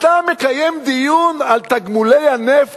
אתה מקיים דיון על תגמולי הנפט,